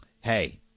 hey